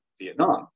Vietnam